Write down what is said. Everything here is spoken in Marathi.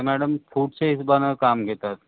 मॅडम फूटच्या हिशेबानं काम घेतात